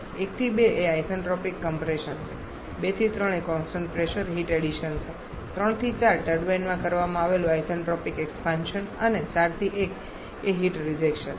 1 થી 2 એ isentropic compression છે 2 થી 3 એ કોન્સટંટ પ્રેશર હીટ એડિશન છે 3 થી 4 ટર્બાઇનમાં કરવામાં આવેલું આઇસેન્ટ્રોપિક એક્સપાન્શન અને 4 થી 1 એ હીટ રિજેક્શન છે